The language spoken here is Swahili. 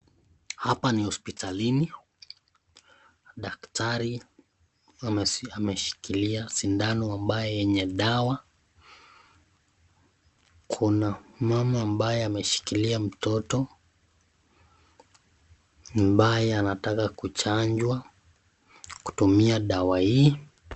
Hapa ni hospitalini daktari ameshikilia sindano ambaye yenye dawa kuna mama ambaye ameshikilia mtoto ambaye anataka kuchanjwa kutumia dawa hii.